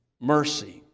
mercy